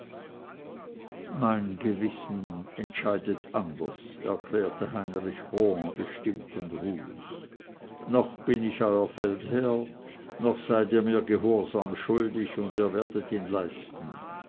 mein gewissen entscheidet anders erklärte heinrich rohan bestimmt und ruhig noch bin ich euer feldherr noch seid ihr mir gehorsam schuldig und ihr werdet ihn leisten